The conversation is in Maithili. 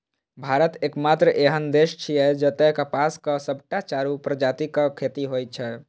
भारत एकमात्र एहन देश छियै, जतय कपासक सबटा चारू प्रजातिक खेती होइ छै